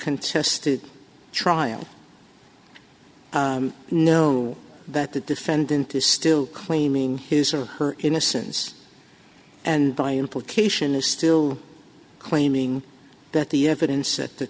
contested trial know that the defendant is still claiming his or her innocence and by implication is still claiming that the evidence at the